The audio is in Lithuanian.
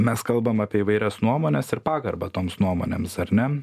mes kalbam apie įvairias nuomones ir pagarbą toms nuomonėms ar ne